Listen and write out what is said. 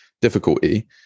difficulty